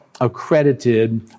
accredited